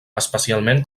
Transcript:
especialment